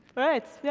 right, yeah,